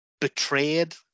betrayed